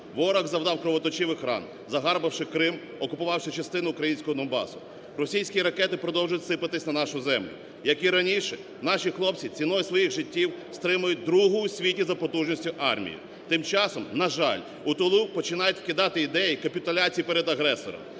Ворог завдав кровоточивих ран загарбавши Крим, окупувавши частину українського Донбасу. Російські ракети продовжують сипатись на нашу землю. Як і раніше, наші хлопці ціною своїх життів стримують другу в світі за потужністю армію. Тим часом, на жаль, у тилу починають вкидати ідеї капітуляції перед агресором.